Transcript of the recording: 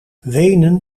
wenen